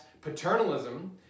paternalism